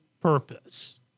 purpose